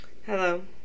Hello